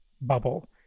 bubble